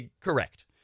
correct